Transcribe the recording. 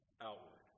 outward